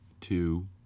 two